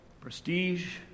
prestige